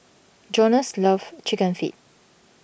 Jonas loves Chicken Feet